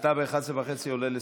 אתה ב-23:30 עולה לסכם.